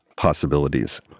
possibilities